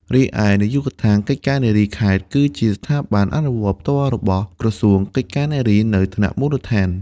រីឯ នាយកដ្ឋានកិច្ចការនារីខេត្ត គឺជាស្ថាប័នអនុវត្តផ្ទាល់របស់ក្រសួងកិច្ចការនារីនៅថ្នាក់មូលដ្ឋាន។